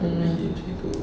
mm